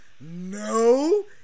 No